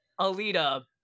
Alita